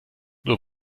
nur